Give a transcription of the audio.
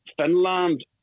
Finland